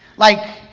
like,